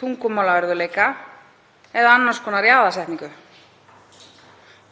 tungumálaörðugleika eða annars konar jaðarsetningu.